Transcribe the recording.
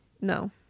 No